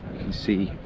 see,